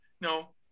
No